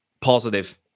positive